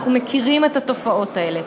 אנחנו מכירים את התופעות האלה.